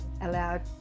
allowed